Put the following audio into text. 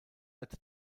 alte